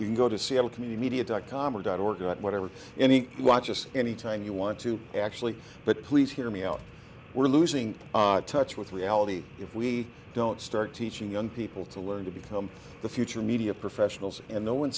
you go to seattle to media dot com or dot org or whatever any watch us anytime you want to actually but please hear me out we're losing touch with reality if we don't start teaching young people to learn to become the future media professionals and no one